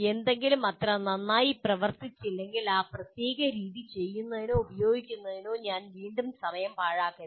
എന്തെങ്കിലും അത്ര നന്നായി പ്രവർത്തിച്ചില്ലെങ്കിൽ ആ പ്രത്യേക രീതി ചെയ്യുന്നതിനോ ഉപയോഗിക്കുന്നതിനോ ഞാൻ വീണ്ടും സമയം പാഴാക്കരുത്